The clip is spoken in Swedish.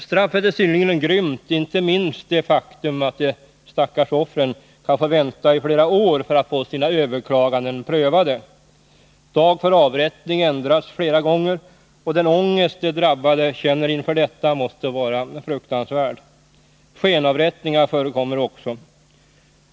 Straffet är synnerligen grymt, inte minst därför att de stackars offren kan få vänta i flera år för att få sina överklaganden prövade. Dag för avrättning ändras flera gånger, och den ångest de drabbade känner inför detta måste vara fruktansvärd. Skenavrättningar förekommer också.